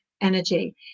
energy